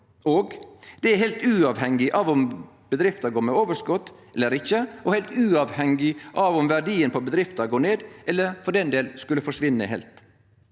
gjeld heilt uavhengig av om bedrifta går med overskot eller ikkje, og heilt uavhengig av om verdien på bedrifta går ned eller for den del skulle forsvinne heilt.